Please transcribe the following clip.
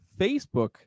Facebook